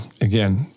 again